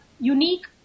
unique